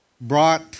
brought